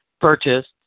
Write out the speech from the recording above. purchased